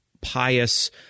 pious